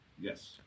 Yes